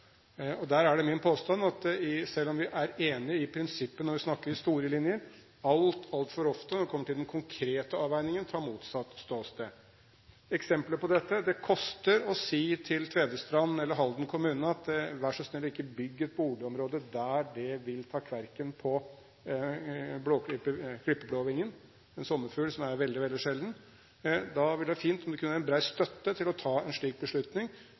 Der er det min påstand at vi, selv om vi er enig i prinsippet når vi snakker i store linjer, altfor ofte, når vi kommer til den konkrete avveiningen, tar motsatt ståsted. Eksempel på dette er: Det koster å si til Tvedestrand kommune eller Halden kommune at vær så snill og ikke bygg et boligområde der det vil ta kverken på klippeblåvingen – en sommerfugl som er veldig, veldig sjelden. Da ville det vært fint om det kunne være en bred støtte til å ta en slik beslutning,